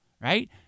right